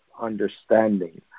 understanding